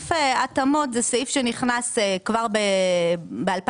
סעיף התאמות זה סעיף שנכנס כבר ב-2012-2011,